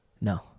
No